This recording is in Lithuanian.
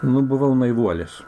nu buvau naivuolis